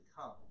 come